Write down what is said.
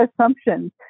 assumptions